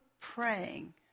praying